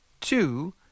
two